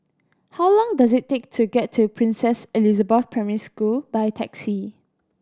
how long does it take to get to Princess Elizabeth Primary School by taxi